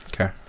Okay